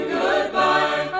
goodbye